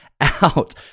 out